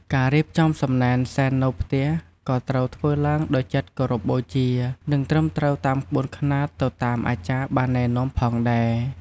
ការរៀបចំសំណែនសែននៅផ្ទះក៏ត្រូវធ្វើឡើងដោយចិត្តគោរពបូជា និងត្រឹមត្រូវតាមក្បួនខ្នាតទៅតាមអាចារ្យបានណែនាំផងដែរ។